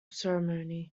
ceremony